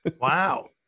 Wow